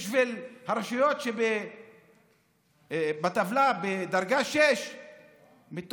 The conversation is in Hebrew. בשביל הרשויות בטבלה שהן בדרגה 6 מתוך,